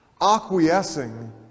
acquiescing